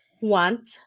want